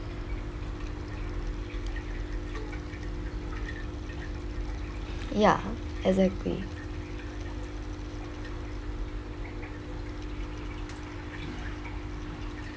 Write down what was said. ya exactly